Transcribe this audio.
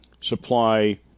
supply